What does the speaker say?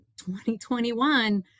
2021